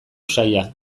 saila